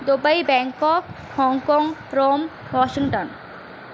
Dubai Bangkok Hong Kong Rome Washington